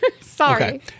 Sorry